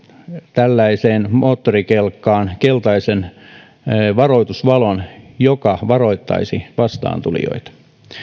tällaiseen moottorikelkkaan keltaisen varoitusvalon joka varoittaisi vastaantulijoita